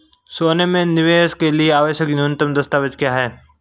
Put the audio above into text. सोने में निवेश के लिए आवश्यक न्यूनतम दस्तावेज़ क्या हैं?